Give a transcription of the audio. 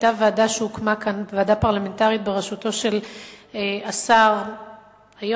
ועדה פרלמנטרית בראשותו של חבר הכנסת כחלון,